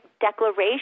declaration